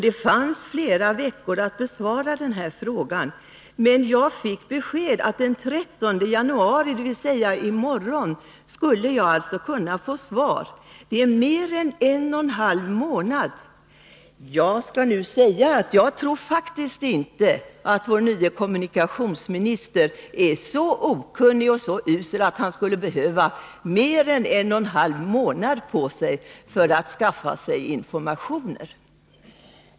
Det fanns flera veckor kvar på sessionen för att besvara den, men jag fick beskedet att den 13 januari, dvs. i morgon, skulle jag kunna få svar. Det är mer än en och en halv månad! Jag tror faktiskt inte att vår nye kommunikationsminister är så okunnig att han behöver mer än en och en halv månad för att skaffa sig information.